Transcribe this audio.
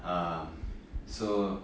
uh so